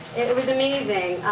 it was amazing.